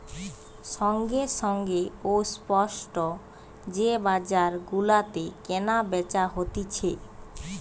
সঙ্গে সঙ্গে ও স্পট যে বাজার গুলাতে কেনা বেচা হতিছে